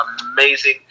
amazing